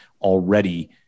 already